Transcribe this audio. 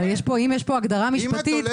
אבל אם יש פה הגדרה משפטית,